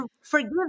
Forgive